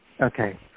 Okay